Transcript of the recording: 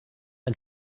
ein